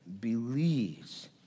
believes